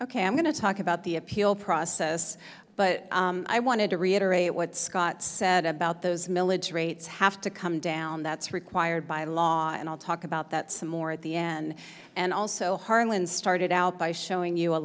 ok i'm going to talk about the appeal process but i wanted to reiterate what scott said about those milledge rates have to come down that's required by law and i'll talk about that some more at the end and also harlan started out by showing you a